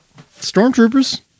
Stormtroopers